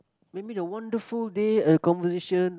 maybe the wonderful day a conversation